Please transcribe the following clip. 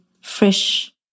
fresh